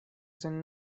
sen